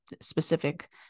specific